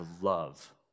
love